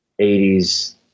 80s